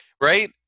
Right